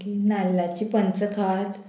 मागीर नाल्लाची पंचखाद